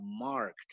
marked